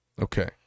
Okay